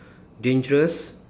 dangerous